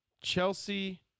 Chelsea